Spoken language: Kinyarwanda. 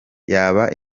yaba